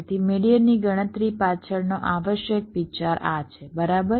તેથી મેડીઅનની ગણતરી પાછળનો આવશ્યક વિચાર આ છે બરાબર